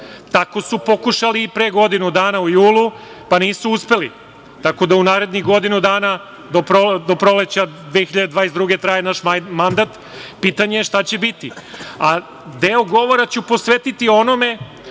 tao su pokušali pre godinu dana u julu, pa nisu uspeli, tako da u narednih godinu dana, do proleća 2022. godine, traje naš mandat, pitanje je šta će biti. Deo govora ću posvetiti onome